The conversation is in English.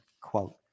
quote